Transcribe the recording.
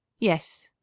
yes.